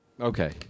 Okay